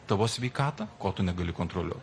tavo sveikatą ko tu negali kontroliuot